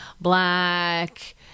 black